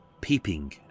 peeping